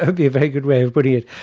ah be a very good way of putting it.